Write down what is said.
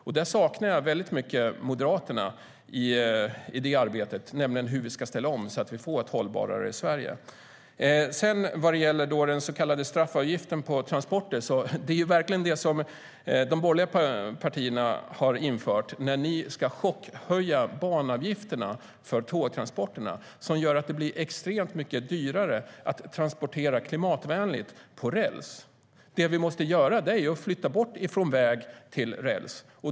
Jag saknar dock starkt Moderaterna i arbetet för en omställning mot ett hållbarare Sverige.Vad gäller den så kallade straffavgiften på transporter kan jag säga att det verkligen är en sådan som de borgerliga partierna inför. Ni ska chockhöja banavgifterna för tågtransporterna. Det gör att det blir extremt mycket dyrare att transportera klimatvänligt på räls. Det vi måste göra är att flytta bort från väg till räls.